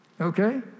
Okay